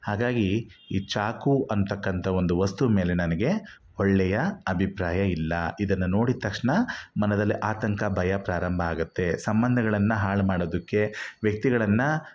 ಹಾಗಾಗಿ ಈ ಚಾಕು ಅಂತಕ್ಕಂಥ ಒಂದು ವಸ್ತು ಮೇಲೆ ನನಗೆ ಒಳ್ಳೆಯ ಅಭಿಪ್ರಾಯ ಇಲ್ಲ ಇದನ್ನು ನೋಡಿದ ತಕ್ಷಣ ಮನದಲ್ಲಿ ಆತಂಕ ಭಯ ಪ್ರಾರಂಭ ಆಗುತ್ತೆ ಸಂಬಂಧಗಳನ್ನು ಹಾಳು ಮಾಡೋದಕ್ಕೆ ವ್ಯಕ್ತಿಗಳನ್ನು